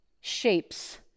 shapes